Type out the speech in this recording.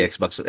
Xbox